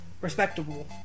respectable